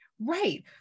Right